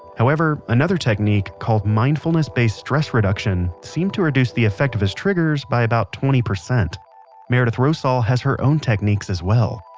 however, another technique called mindfulness based stress reduction seems to reduce the effect of his triggers by about twenty percent meredith rosol has her own techniques as well